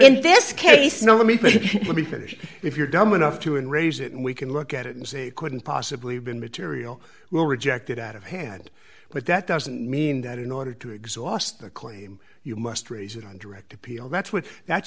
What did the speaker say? in this case no let me let me finish if you're dumb enough to and raise it and we can look at it and say it couldn't possibly have been material well rejected out of hand but that doesn't mean that in order to exhaust the claim you must raise it on direct appeal that's what that